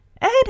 Ed